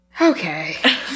Okay